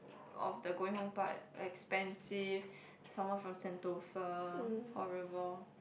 of the going home part expensive some more from Sentosa horrible